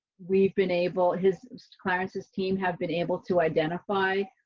we've been able, his clarence's team have been able to identify.